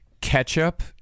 ketchup